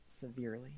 severely